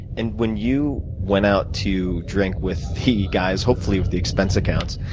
and when you went out to drink with the guys, hopefully with the expense accounts,